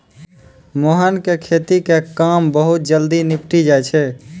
मोहन के खेती के काम बहुत जल्दी निपटी जाय छै